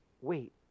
wait